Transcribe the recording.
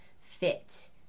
fit